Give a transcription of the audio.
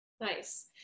Nice